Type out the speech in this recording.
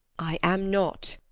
i am not.